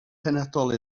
penodol